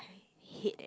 hate that